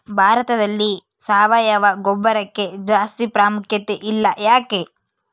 ಭಾರತದಲ್ಲಿ ಸಾವಯವ ಗೊಬ್ಬರಕ್ಕೆ ಜಾಸ್ತಿ ಪ್ರಾಮುಖ್ಯತೆ ಇಲ್ಲ ಯಾಕೆ?